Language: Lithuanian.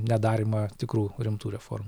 nedarymą tikrų rimtų reformų